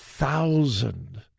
thousand